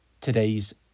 today's